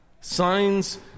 Signs